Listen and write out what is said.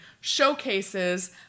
showcases